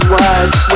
words